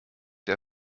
der